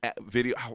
video